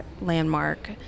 landmark